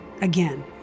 again